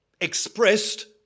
expressed